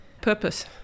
purpose